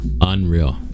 Unreal